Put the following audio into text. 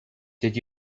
did